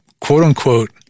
quote-unquote